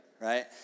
right